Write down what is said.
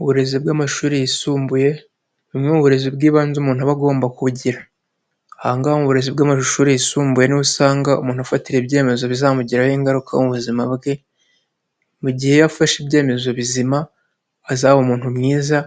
Uburezi bw'amashuri yisumbuye, ni bumwe mu burezi bw'ibanze umuntu aba agomba kubugira. Ahangaha mu burezi bw'amashuri yisumbuye niho usanga umuntu ufatira ibyemezo bizamugiraho ingaruka mu buzima bwe. Mu gihe yafashe ibyemezo bizima, azaba umuntu mwiza,